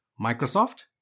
Microsoft